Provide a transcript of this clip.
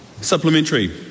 Supplementary